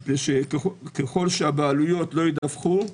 כי ככל שהבעלויות לא ידווחו,